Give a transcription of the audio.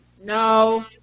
No